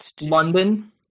London